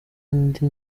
indi